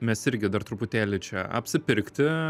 mes irgi dar truputėlį čia apsipirkti